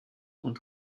und